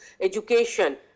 education